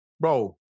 Bro